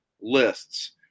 lists